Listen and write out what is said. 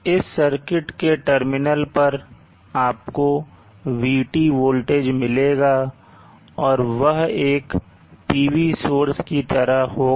इस सर्किट के टर्मिनल पर आपको vT वोल्टेज मिलेगा और वह एक PV सोर्स की तरह होगा